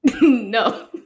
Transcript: No